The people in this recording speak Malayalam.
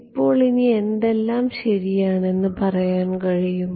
ഇപ്പോൾ എനി എല്ലാം ശരിയാണെന്ന് പറയാൻ കഴിയും